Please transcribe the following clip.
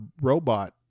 robot